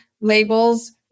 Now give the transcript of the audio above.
labels